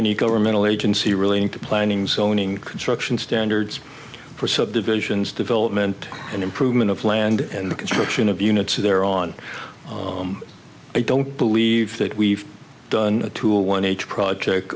any governmental agency relating to planning zoning construction standards for subdivisions development and improvement of land and construction of units there on i don't believe that we've done a tool one h project